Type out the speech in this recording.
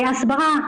הסברה,